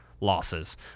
losses